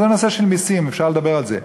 אז זה נושא של מסים, אפשר לדבר על זה.